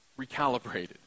recalibrated